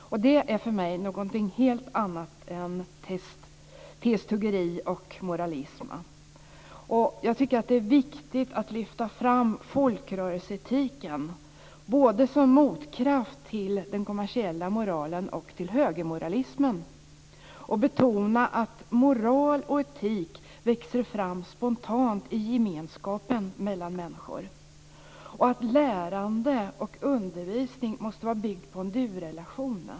Det är för mig någonting helt annat än testuggeri och moralism. Jag tycker att det är viktigt att lyfta fram folkrörelseetiken som motkraft till både den kommersiella moralen och högermoralismen. Jag vill betona att moral och etik växer fram spontant i gemenskapen mellan människor. Lärande och undervisning måste bygga på en du-relation.